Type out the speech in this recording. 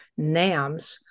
NAMS